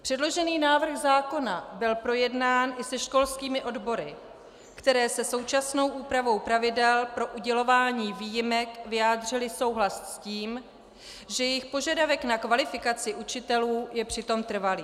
Předložený návrh zákona byl projednán se školskými odbory, které se současnou úpravou pravidel pro udělování výjimek vyjádřily souhlas s tím, že jejich požadavek na kvalifikaci učitelů je přitom trvalý.